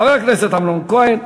חבר הכנסת אמנון כהן.